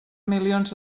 milions